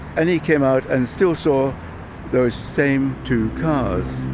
and he came out and still saw those same two cars.